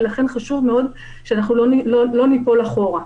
לכן, חשוב מאוד שאנחנו לא ניפול אחורה.